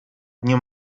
dnie